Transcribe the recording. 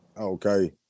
Okay